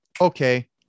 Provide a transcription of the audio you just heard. okay